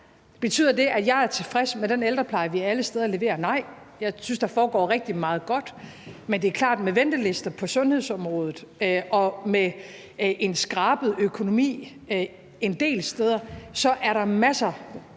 Betyder det, at jeg alle steder er tilfreds med den ældrepleje, vi leverer? Nej. Jeg synes, der foregår rigtig meget godt, men det er klart, at med ventelister på sundhedsområdet og med en skrabet økonomi en del steder er der masser,